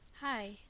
Hi